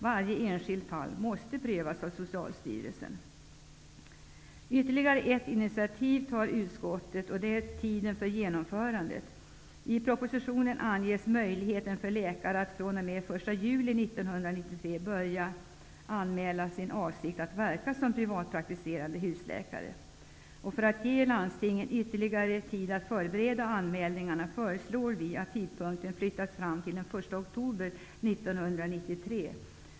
Varje enskilt fall måste prövas av Socialstyrelsen. Utskottet tar ytterligare ett initiativ. Det gäller tiden för genomförandet av reformen. I 1993 skall kunna anmäla sin avsikt att verka som privatpraktiserande husläkare. För att ge landstingen ytterligare tid att förbereda anmälningarna föreslår utskottsmajoriteten att tidpunkten flyttas fram till den 1 oktober 1993.